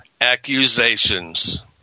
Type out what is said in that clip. accusations